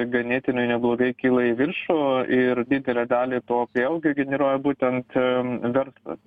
ganėtinai neblogai kyla į viršų ir didelę dalį to vėlgi generuoja būtent verslas